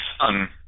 son